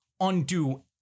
undo